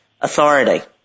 authority